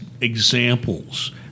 examples